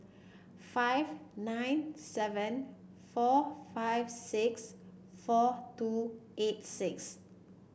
five nine seven four five six four two eight six